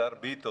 השר ביטון.